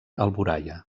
alboraia